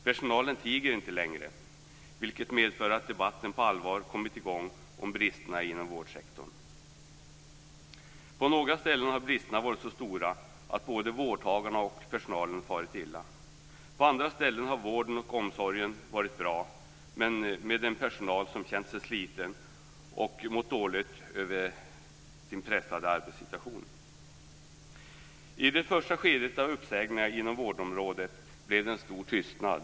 Personalen tiger inte längre, vilket medfört att debatten på allvar har kommit i gång om bristerna inom vårdsektorn. På några ställen har bristerna varit så stora att både vårdtagarna och personalen har farit illa. På andra ställen har vården och omsorgen varit bra, men med en personal som har känt sig sliten och mått dåligt beroende på sin pressade arbetssituation. I det första skedet av uppsägningarna inom vårdområdet blev det en stor tystnad.